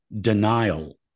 denial